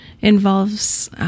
involves